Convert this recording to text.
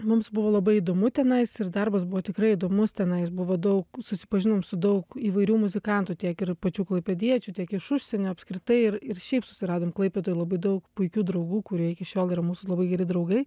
mums buvo labai įdomu tenai ir darbas buvo tikrai įdomus tenais buvo daug susipažinom su daug įvairių muzikantų tiek ir pačių klaipėdiečių tiek iš užsienio apskritai ir ir šiaip susiradom klaipėdoj labai daug puikių draugų kurie iki šiol yra mūsų labai geri draugai